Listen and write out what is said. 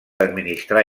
administrar